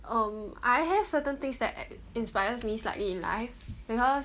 um I have certain things that inspires me slightly in life because